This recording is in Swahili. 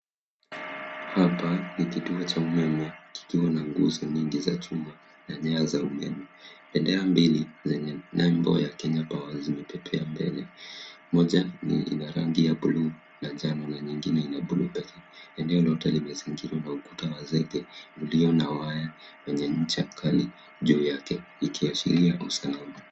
Hapa ni kituo cha umeme kikiwa na nguzo nyingi za chuma na nyaya za umeme. Bendera mbili zenye nembo ya Kenya Power zimepepea mbele. Moja ni la rangi ya bluu na njano na nyingine ina bluu pekee. Eneo lote limezingirwa na ukuta wa zege ulio na waya wenye ncha kali juu yake ikiashiria usalama.